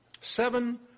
seven